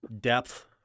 depth